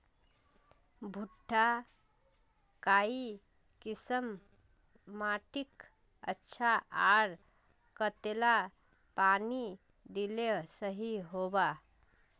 भुट्टा काई किसम माटित अच्छा, आर कतेला पानी दिले सही होवा?